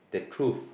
the truth